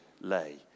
lay